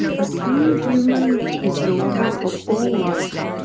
a true human is a lover of all life,